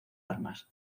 armas